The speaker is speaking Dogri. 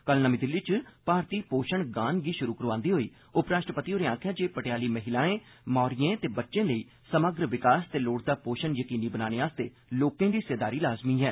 कल नमीं दिल्ली च भारती पोषण गान गी शुरु करोआंदे होई उपराष्ट्रपति होरें आखेआ जे भटेयाली महिलाएं मौरिएं ते बच्चें लेई समग्र विकास ते लोड़चदा पोषण यकीनी बनाने लेई लोकें दी हिस्सेदारी लाजुमी ऐ